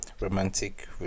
romantic